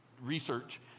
research